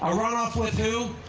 a run-off with who?